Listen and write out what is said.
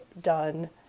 done